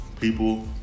people